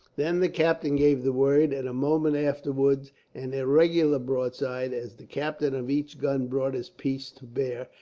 then the captain gave the word, and a moment afterwards an irregular broadside, as the captain of each gun brought his piece to bear,